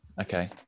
okay